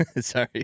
Sorry